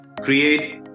create